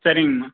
சரிங்கம்மா